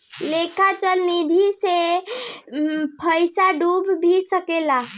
लेखा चल निधी मे पइसा डूब भी सकता